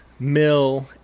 mill